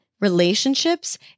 relationships